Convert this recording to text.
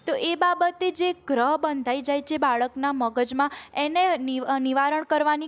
તો એ બાબતે જે ગ્રહ બંધાઈ જાય છે બાળકના મગજમાં એને નિવારણ કરવાની